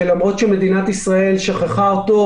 שלמרות שמדינת ישראל שכחה אותו,